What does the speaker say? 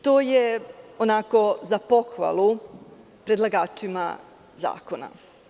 To je onako za pohvalu predlagačima zakona.